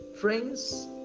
friends